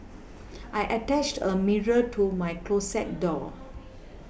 I attached a mirror to my closet door